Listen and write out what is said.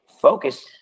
focus